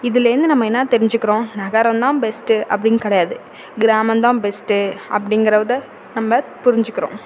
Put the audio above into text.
இதுலேருந்து நம்ம என்ன தெரிஞ்சுக்கிறோம் நகரம் தான் பெஸ்ட்டு அப்படினு கிடையாது கிராமம் தான் பெஸ்ட்டு அப்படிங்கிறத நம்ம புரிஞ்சுக்கிறோம்